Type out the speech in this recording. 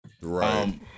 Right